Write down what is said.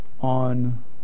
on